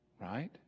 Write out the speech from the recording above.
right